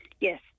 yes